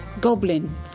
goblin